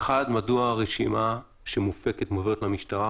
השאלה הראשונה מדוע הרשימה שמופקת ומועברת למשטרה,